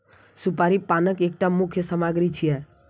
सुपारी पानक एकटा मुख्य सामग्री छियै